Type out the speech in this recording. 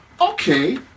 okay